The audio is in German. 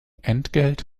entgelt